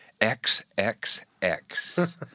XXX